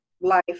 life